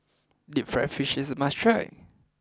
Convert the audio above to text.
Deep Fried Fish is a must try